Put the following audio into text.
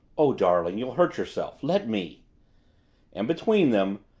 oh, darling, you'll hurt yourself. let me and between them,